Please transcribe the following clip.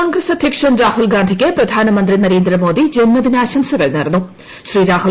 കോൺഗ്രസ് അധ്യക്ഷൻ രാഹുൽഗാന്ധിക്ക് പ്രധാനമന്ത്രി നരേന്ദ്രമോദി ജൻമദിന ആശംസകൾ നേർന്നു